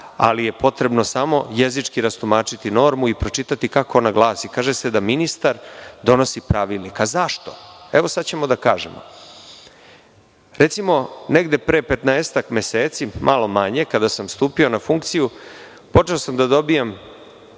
ali je potrebno samo jezički rastumačiti normu i pročitati kako ona glasi. Kaže se da ministar donosi pravilnik. Zašto? Sada ćemo da kažemo. Recimo, negde pre petnaestak meseci, malo manje, kada sam stupio na funkciju, počeo sam da dobijam